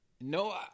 No